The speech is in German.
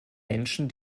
menschen